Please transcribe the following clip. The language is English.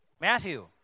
Matthew